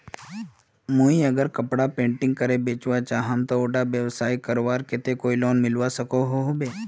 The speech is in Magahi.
मुई अगर कपड़ा पेंटिंग करे बेचवा चाहम ते उडा व्यवसाय करवार केते कोई लोन मिलवा सकोहो होबे?